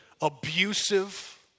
abusive